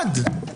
אחד.